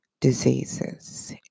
diseases